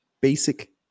basic